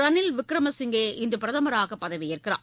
ரனில் விக்ரமசிங்கே இன்று பிரதமராக பதவியேற்கிறார்